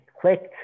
clicked